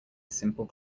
simple